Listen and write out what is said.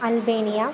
Albania